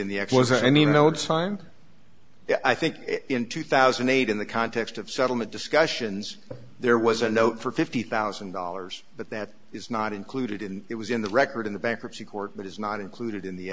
time i think in two thousand and eight in the context of settlement discussions there was a note for fifty thousand dollars but that is not included in it was in the record in the bankruptcy court but is not included in the